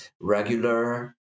regular